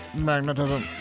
magnetism